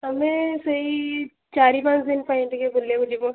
ଆମେ ସେଇ ଚାରି ପାଞ୍ଚଦିନ ପାଇଁ ଟିକେ ବୁଲିବାକୁ ଯିବୁ